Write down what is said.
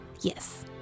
Yes